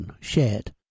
shared